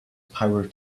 power